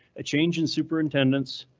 a change in superintendents,